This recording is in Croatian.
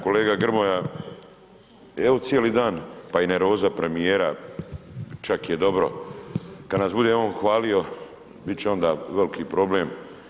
Kolega Grmoja, evo cijeli dan pa i nervoza premijera čak je dobro kada nas bude on hvalio bit će onda veliki problem.